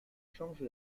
change